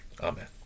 Amen